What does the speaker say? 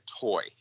toy